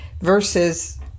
versus